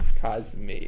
Cosme